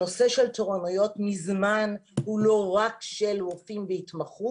הנושא של תורנויות מזמן הוא לא רק של רופאים בהתמחות,